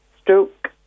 stroke